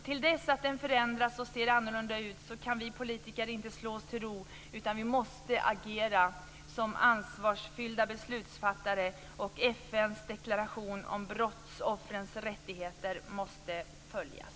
Till dess att den förändras och ser annorlunda ut kan vi politiker inte slå oss till ro utan vi måste agera som ansvarsfyllda beslutsfattare. FN:s deklaration om brottsoffers rättigheter måste följas.